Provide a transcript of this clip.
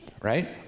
right